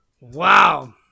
wow